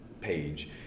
page